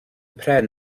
pren